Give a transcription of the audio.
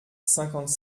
cinquante